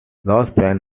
pen